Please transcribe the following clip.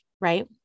right